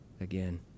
again